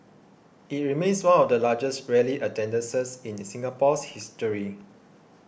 it remains one of the largest rally attendances in Singapore's history